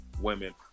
women